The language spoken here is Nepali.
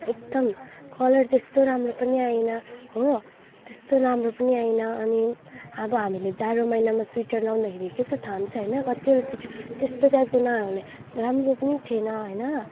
एकदम कलर त्यस्तो राम्रो पनि आएन हो त्यस्तो राम्रो पनि आएन अनि अब हामीले जाडो महिनामा स्वेटर लगाउँदाखेरि के त थाम्छ होइन कतिवटा स्वेटर त्यस्तो टाइपको नआउने राम्रो पनि थिएन होइन